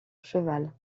cheval